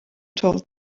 told